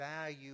Value